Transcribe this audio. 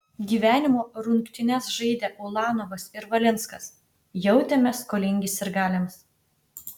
gyvenimo rungtynes žaidę ulanovas ir valinskas jautėmės skolingi sirgaliams